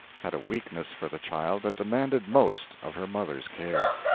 had a weakness for the child that demanded most of her mother's care.